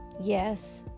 Yes